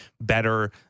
better